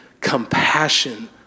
Compassion